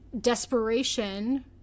desperation